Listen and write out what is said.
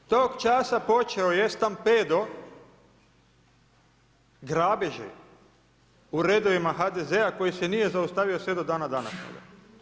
Tog časa počeo je stampedo grabeži u redovima HDZ-a koji se nije zaustavio sve do dana današnjega.